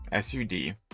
SUD